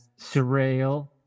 surreal